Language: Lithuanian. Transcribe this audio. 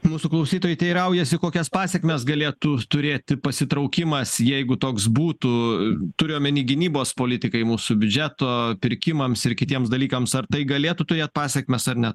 mūsų klausytojai teiraujasi kokias pasekmes galėtų turėti pasitraukimas jeigu toks būtų turiu omeny gynybos politikai mūsų biudžeto pirkimams ir kitiems dalykams ar tai galėtų turėt pasekmes ar ne